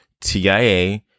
TIA